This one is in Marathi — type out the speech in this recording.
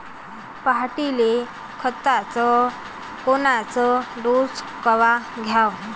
पऱ्हाटीले खताचा कोनचा डोस कवा द्याव?